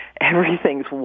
everything's